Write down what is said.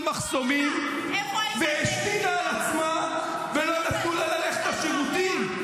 מחסומים והשתינה על עצמה ולא נתנו לה ללכת לשירותים?